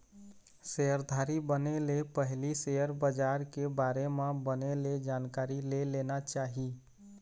सेयरधारी बने ले पहिली सेयर बजार के बारे म बने ले जानकारी ले लेना चाही